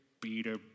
Peter